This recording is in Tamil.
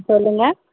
சொல்லுங்கள்